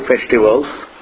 festivals